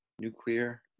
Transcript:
Nuclear